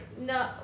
No